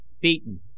Beaten